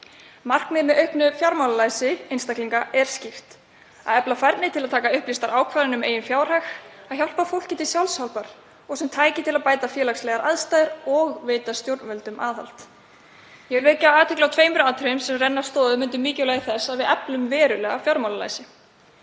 Markmiðið með auknu fjármálalæsi einstaklinga er skýrt; að efla færni til að taka upplýstar ákvarðanir um eigin fjárhag, að hjálpa fólki til sjálfshjálpar og sem tæki til að bæta félagslegar aðstæður og veita stjórnvöldum aðhald. Ég vil vekja athygli á tveimur atriðum sem renna stoðum undir mikilvægi þess að við eflum verulega fjármálalæsi.